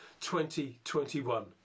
2021